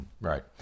Right